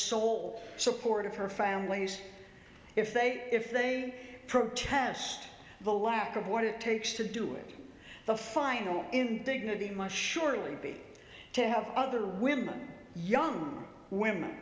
sole support of her family's if they if they protest the lack of what it takes to do it the final indignity must surely be to have other women young women